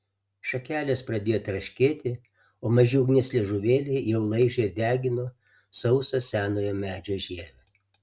šakelės pradėjo traškėti o maži ugnies liežuvėliai jau laižė ir degino sausą senojo medžio žievę